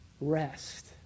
rest